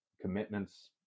commitments